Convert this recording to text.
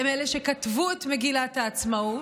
הם אלה שכתבו את מגילת העצמאות,